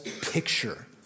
picture